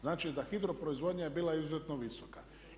Znači da hidro proizvodnja je bila izuzetno visoka.